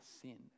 sin